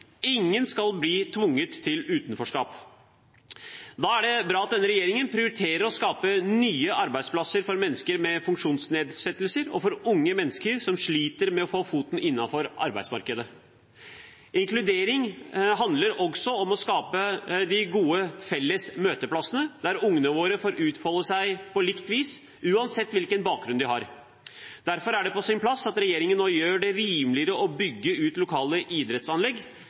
skal bli tvunget til utenforskap. Da er det bra at denne regjeringen prioriterer å skape nye arbeidsplasser for mennesker med funksjonsnedsettelser og for unge mennesker som sliter med å få foten innenfor arbeidsmarkedet. Inkludering handler om også om å skape de gode felles møteplassene, der ungene våre får utfolde seg på likt vis, uansett hvilken bakgrunn de har. Derfor er det på sin plass at regjeringen nå gjør det rimeligere å bygge ut lokale idrettsanlegg